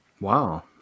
Wow